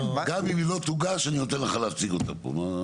גם אם היא לא תוגש, אני אתן לך להציג אותה כאן.